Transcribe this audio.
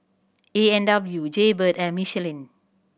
A and W Jaybird and Michelin